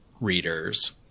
readers